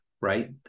Right